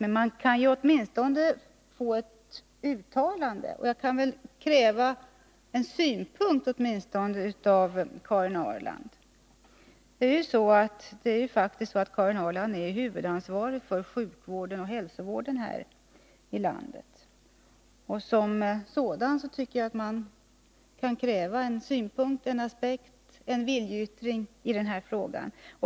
Men man kan ju åtminstone få ett uttalande. Det är faktiskt så att Karin Ahrland är huvudansvarig för sjukvården och hälsovården här i landet. Därför tycker jag att man kan kräva en synpunkt, en viljeyttring i detta sammanhang.